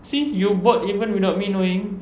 see you bought even without me knowing